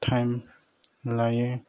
time लायो